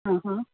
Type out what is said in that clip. हा हा